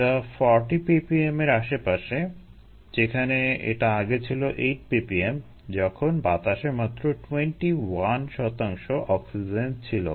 এটা 40 ppm এর আশেপাশে যেখানে এটা আগে ছিল 8 ppm যখন বাতাসে মাত্র 21 শতাংশ অক্সিজেন ছিল